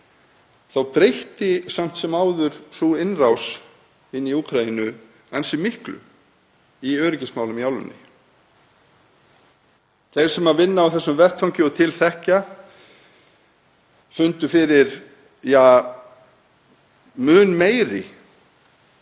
Þá breytti samt sem áður sú innrás inn í Úkraínu ansi miklu í öryggismálum í álfunni. Þeim sem vinna á þessum vettvangi og til þekkja fundu fyrir mun meiri